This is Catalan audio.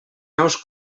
naus